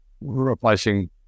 replacing